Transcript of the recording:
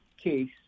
case